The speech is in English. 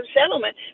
settlement